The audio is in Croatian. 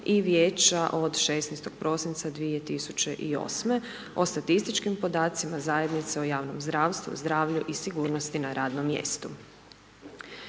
i Vijeća od 16.12.2008. o statističkim podacima zajednice o javnom zdravstvu, zdravlju i sigurnosti na radnom mjestu.